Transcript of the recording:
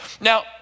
Now